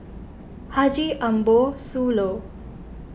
Haji Ambo Sooloh